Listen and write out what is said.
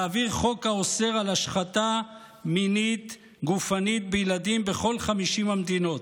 ואעביר חוק האוסר על השחתה מינית גופנית בילדים בכל 50 המדינות.